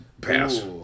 Pass